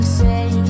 say